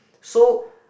so